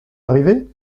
arrivé